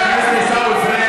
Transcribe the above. המסיתה הראשית.